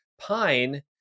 Pine